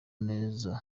neza